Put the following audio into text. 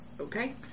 okay